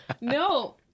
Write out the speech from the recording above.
No